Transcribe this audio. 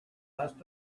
must